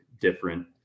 different